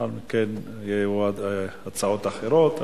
לאחר מכן יהיו עוד הצעות אחרות,